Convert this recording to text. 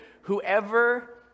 Whoever